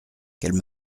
qu’elle